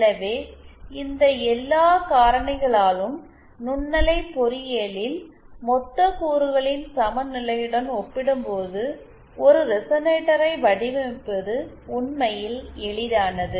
எனவே இந்த எல்லா காரணிகளாலும் நுண்ணலை பொறியியலில் மொத்த கூறுகளின் சமநிலையுடன் ஒப்பிடும்போது ஒரு ரெசனேட்டரை வடிவமைப்பது உண்மையில் எளிதானது